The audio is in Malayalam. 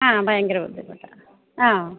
ആ ഭയങ്കര ബുദ്ധിമുട്ടാണ് ആ